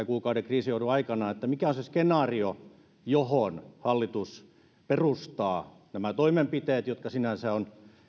kuukauden kriisinhoidon aikana mikä on se skenaario johon hallitus perustaa nämä toimenpiteet jotka sinänsä ovat